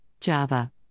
Java